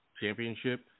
championship